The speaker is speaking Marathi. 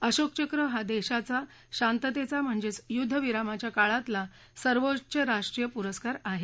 अशोक चक्र हा देशाचा शात्त्विचा म्हणजेच युद्धविरामाच्या काळातला सर्वोच्च राष्ट्रीय शौर्य पुरस्कार आहे